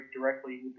directly